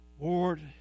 Lord